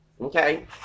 Okay